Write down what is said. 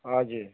हजुर